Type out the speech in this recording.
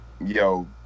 Yo